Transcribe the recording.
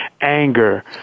anger